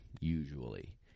usually